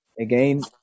again